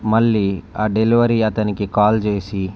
మళ్ళీ ఆ డెలివరీ అతనికి కాల్ చేసి